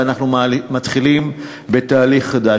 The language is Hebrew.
ואנחנו מתחילים תהליך חדש.